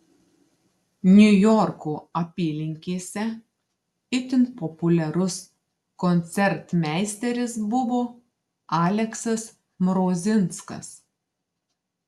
niujorko apylinkėse itin populiarus koncertmeisteris buvo aleksas mrozinskas